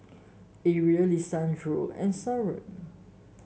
Arie Lisandro and Soren